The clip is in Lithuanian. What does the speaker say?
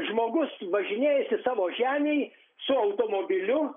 žmogus važinėjasi savo žemėj su automobiliu